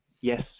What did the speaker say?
Yes